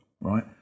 right